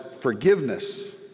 forgiveness